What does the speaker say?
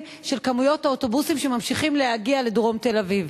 על כמויות האוטובוסים שממשיכים להגיע לדרום תל-אביב.